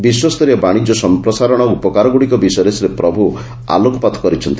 ବିଶ୍ୱସ୍ତରୀୟ ବାଣିଜ୍ୟ ସମ୍ପ୍ରସାରଣର ଉପକାରଗୁଡ଼ିକ ବିଷୟରେ ଶ୍ରୀ ପ୍ରଭୁ ଆଲୋକପାତ କରିଛନ୍ତି